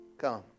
come